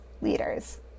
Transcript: leaders